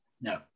no